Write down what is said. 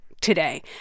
today